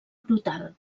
brutal